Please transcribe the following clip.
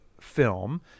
film